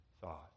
thought